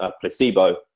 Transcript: placebo